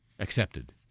accepted